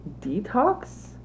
detox